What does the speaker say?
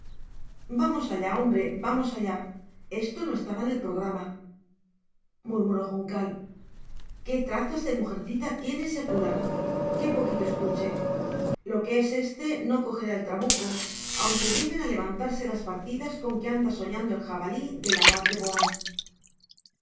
vamos allá hombre vamos allá esto no estaba en el programa murmuró juncal qué trazas de mujercita tiene ese cura qué poquito estuche lo que es éste no cogerá el trabuco aunque lleguen a levantarse las partidas con que anda soñando el jabalí del abad de boán